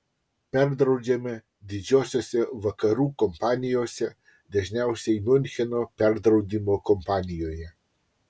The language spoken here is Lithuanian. perdraudžiame didžiosiose vakarų kompanijose dažniausiai miuncheno perdraudimo kompanijoje